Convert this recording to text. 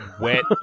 wet